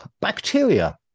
bacteria